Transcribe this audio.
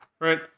Right